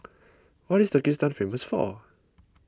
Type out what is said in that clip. what is Turkmenistan famous for